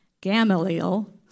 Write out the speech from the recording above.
Gamaliel